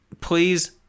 Please